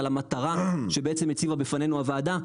על המטרה שבעצם הציבה בפנינו הוועדה,